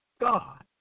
God